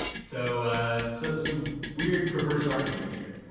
so so some weird perverse arguing here.